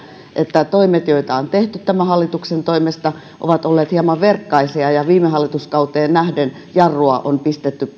toimet joita on tehty tämän hallituksen toimesta ovat olleet hieman verkkaisia ja viime hallituskauteen nähden jarrua on pistetty